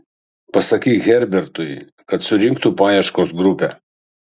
pasakyk herbertui kad surinktų paieškos grupę